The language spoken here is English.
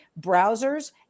browsers